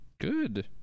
Good